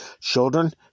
children